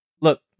Look